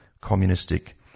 communistic